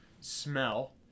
smell